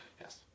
Yes